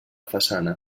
façana